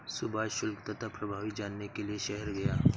सुभाष शुल्क तथा प्रभावी जानने के लिए शहर गया